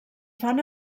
fan